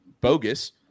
bogus